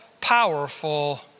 powerful